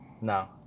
No